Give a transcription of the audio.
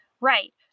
Right